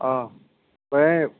बे